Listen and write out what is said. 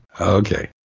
Okay